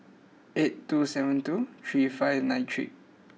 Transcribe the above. eight two seven two three five nine three